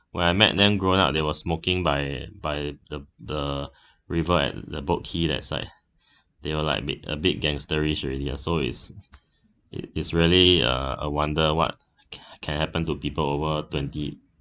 when I met them growing up they were smoking by by the the river at the boat quay that side they were like a bit a bit gangsterish already lah so it's it it's really uh a wonder what c~ can happen to people over twenty